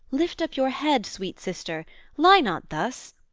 lift up your head, sweet sister lie not thus.